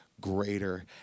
greater